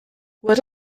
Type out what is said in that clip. what